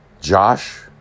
Josh